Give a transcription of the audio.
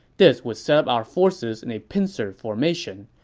this would set up our forces in a pincer formation,